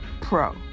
pro